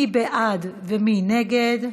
מי בעד ומי נגד?